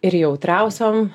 ir jautriausiom